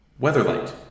Weatherlight